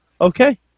Okay